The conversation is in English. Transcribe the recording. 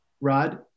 Rod